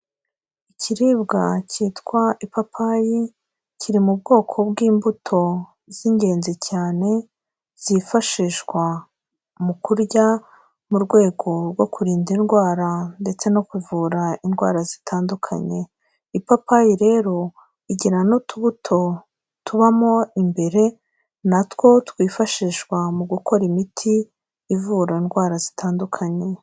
Ikiribwa cyitwa ipapayi, kiri mu bwoko bw'imbuto z'ingenzi cyane zifashishwa mu kurya, mu rwego rwo kurinda indwara ndetse no kuvura indwara zitandukanye. Ipapayi rero igirana n'utubuto tubamo imbere, na two twifashishwa mu gukora imiti ivura indwara zitandukanye.